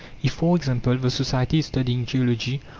if, for example, the society is studying geology,